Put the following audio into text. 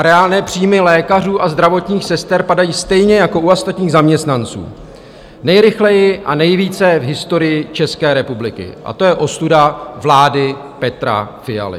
Reálné příjmy lékařů a zdravotních sester padají stejně jako u ostatních zaměstnanců, nejrychleji a nejvíce v historii České republiky, a to je ostuda vlády Petra Fialy.